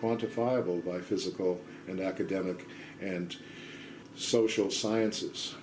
quantifiable by physical and academic and social ready sciences